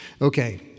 Okay